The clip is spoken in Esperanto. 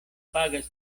pagas